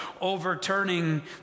overturning